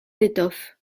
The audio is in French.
d’étoffes